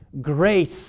grace